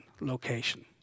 Location